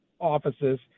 offices